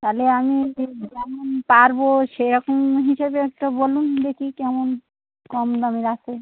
তাহলে আমি যে যেমন পারবো সেরকম হিসেবে একটা বলুন দেখি কেমন কম দামের আছে